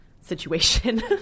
situation